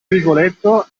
rigoletto